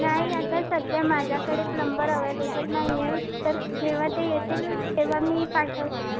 नाही आता सध्या माझ्याकडे प्लंबर अवेलेबल नाही आहे तर जेव्हा ते येतील तेव्हा मी पाठवते